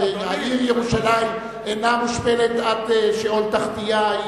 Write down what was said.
העיר ירושלים אינה מושפלת עד שאול תחתייה,